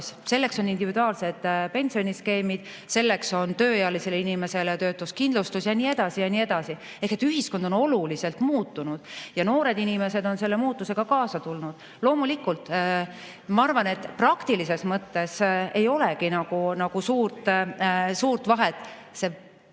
Selleks on individuaalsed pensioniskeemid, selleks on tööealisele inimesele töötuskindlustus ja nii edasi ja nii edasi. Ühiskond on oluliselt muutunud ja noored inimesed on selle muutumisega kaasa tulnud. Loomulikult, ma arvan, et praktilises mõttes ei olegi nagu suurt vahet, murekoht